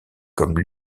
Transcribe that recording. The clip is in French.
comme